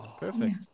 Perfect